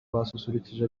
basusurukije